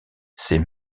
ces